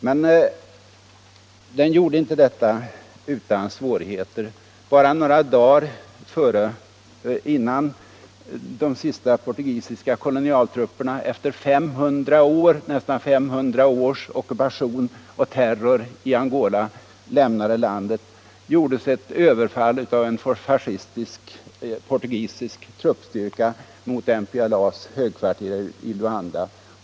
Men den gjorde inte detta utan svårigheter. Bara några dagar innan de sista portugisiska kolonialtrupperna efter nästan 500 års ockupation och terror lämnade Angola gjordes ett överfall av en fascistisk portugisisk truppstyrka mot MPLA:s högkvarter i Luanda.